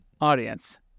audience